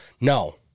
No